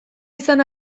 izan